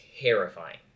terrifying